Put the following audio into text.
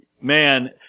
man